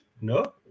No